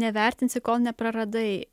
nevertinsi kol nepraradai